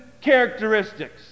characteristics